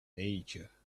nature